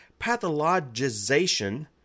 pathologization